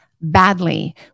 badly